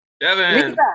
Devin